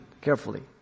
carefully